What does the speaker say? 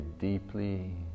deeply